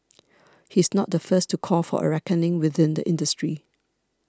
he's not the first to call for a reckoning within the industry